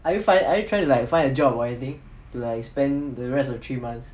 are you find are you trying to like find a job or anything like spend the rest of three months